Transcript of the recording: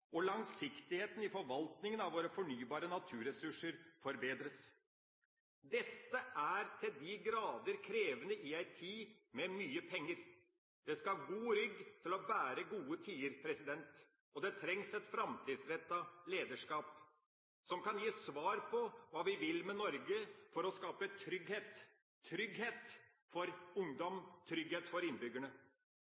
og langsiktigheten i forvaltninga av våre fornybare naturressurser forbedres. Dette er til de grader krevende i ei tid med mye penger. Det skal god rygg til å bære gode tider, og det trengs et framtidsrettet lederskap som kan gi svar på hva vi vil med Norge for å skape trygghet – trygghet for ungdom,